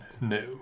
no